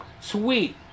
sweet